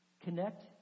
Connect